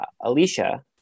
Alicia